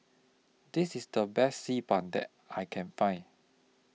This IS The Best Xi Ban that I Can Find